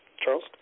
Charles